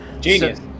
Genius